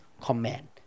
command